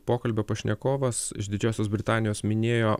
pokalbio pašnekovas iš didžiosios britanijos minėjo